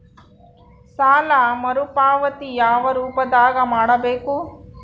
ಸಾಲ ಮರುಪಾವತಿ ಯಾವ ರೂಪದಾಗ ಮಾಡಬೇಕು?